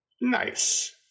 Nice